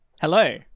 Hello